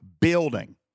building